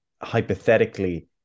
hypothetically